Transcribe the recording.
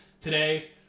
today